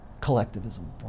collectivism